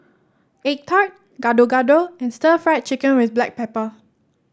egg tart Gado Gado and Stir Fried Chicken with Black Pepper